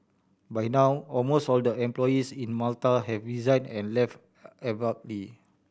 by now almost all the employees in Malta have resign and left abruptly